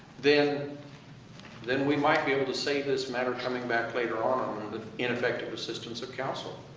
then then we might be able to save this matter coming back later on the ineffective assistance of counsel.